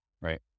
Right